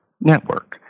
network